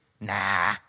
Nah